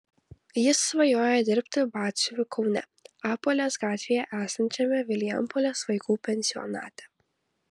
jis svajoja dirbti batsiuviu kaune apuolės gatvėje esančiame vilijampolės vaikų pensionate